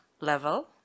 level